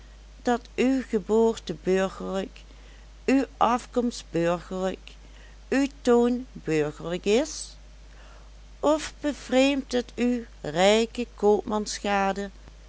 dat uw geboorte burgerlijk uw afkomst burgerlijk uw toon burgerlijk is of bevreemdt het u rijke